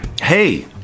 hey